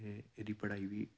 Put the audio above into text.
ਜਿੱਥੇ ਇਹਦੀ ਪੜ੍ਹਾਈ ਵੀ